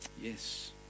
yes